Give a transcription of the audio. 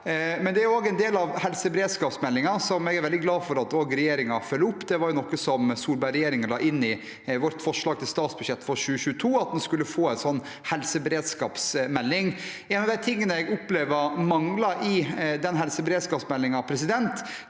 har. Det er også en del av helseberedskapsmeldingen, som jeg er veldig glad for at regjeringen følger opp, og det var noe som Solberg-regjeringen la inn i sitt forslag til statsbudsjett for 2022, at en skulle få en slik helseberedskapsmelding. En av de tingene jeg opplever mangler i den helseberedskapsmeldingen, er det